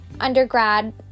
undergrad